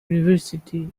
university